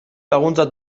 laguntza